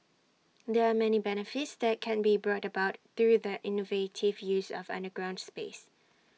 there are many benefits that can be brought about through the innovative use of underground space